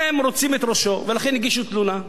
רוצים את ראשו ולכן הגישו תלונה.